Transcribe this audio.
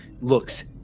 looks